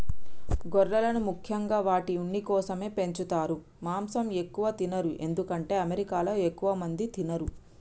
గొర్రెలను ముఖ్యంగా వాటి ఉన్ని కోసమే పెంచుతారు మాంసం ఎక్కువ తినరు ఎందుకంటే అమెరికాలో ఎక్కువ మంది తినరు